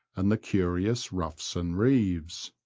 and the curious ruffs and reeves.